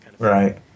Right